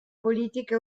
politiche